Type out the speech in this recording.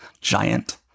giant